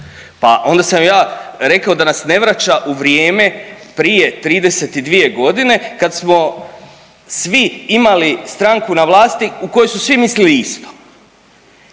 Pa onda sam ja rekao da nas ne vraća u vrijeme prije 32 godine kad smo svi imali stranku na vlasti u kojoj su svi mislili isto.